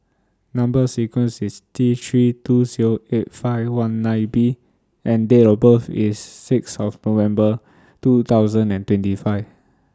Number sequence IS T three two sell eight five one nine B and Date of birth IS six of November two thousand and twenty five